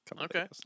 Okay